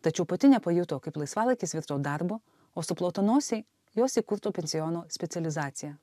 tačiau pati nepajuto kaip laisvalaikis virto darbu o suplotonosiai jos įkurto pensiono specializacija